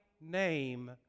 name